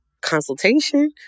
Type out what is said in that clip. consultation